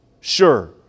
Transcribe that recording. Sure